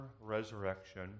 resurrection